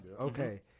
Okay